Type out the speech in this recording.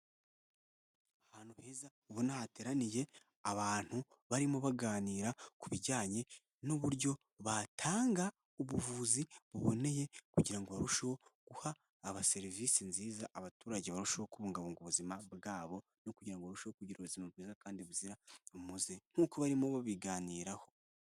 Ahantu heza ubona hateraniye abantu barimo baganira ku bijyanye n'uburyo batanga ubuvuzi buboneye kugira ngo barusheho guha aba serivisi nziza abaturage barusheho kubungabunga ubuzima bwabo no kugira ngo barusheho kugira ubuzima bwiza kandi buzira umuze, nkuko barimo babiganiraho.